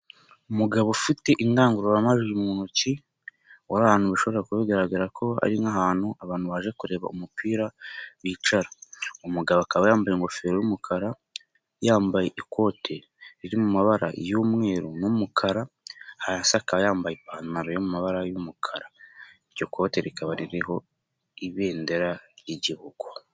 Umugabo ufite indangururamajwi mu ntoki, uri ahantu bishobora kuba bigaragara ko ari nk'ahantu abantu baje kureba umupira bicara. Umugabo akaba yambaye ingofero y'umukara, yambaye ikote riri mu mabara y'umweru n'umukara, hasi akaba yambaye ipantaro yo mu amabara y'umukara. Iryo kote rikaba ririho ibendera ry'Igihugu.